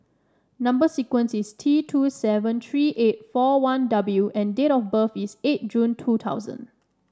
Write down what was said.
number sequence is T two seven three eight four one W and date of birth is eight June two thousand